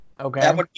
Okay